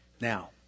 Now